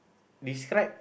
describe